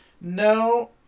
No